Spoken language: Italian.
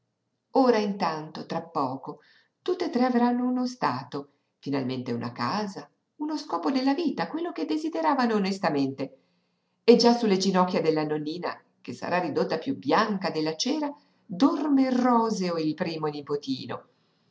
ora intanto tra poco tutt'e tre avranno uno stato finalmente una casa uno scopo nella vita quello che desideravano onestamente e già sulle ginocchia della nonnina che sarà ridotta piú bianca della cera dorme roseo il primo nipotino